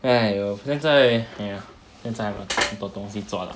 !haiyo! 现在 !haiya! 现在多东西做 lah